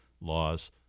laws